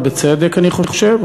ובצדק אני חושב,